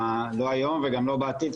לא היום וגם לא בעתיד,